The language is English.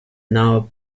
now